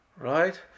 right